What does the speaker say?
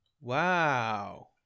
wow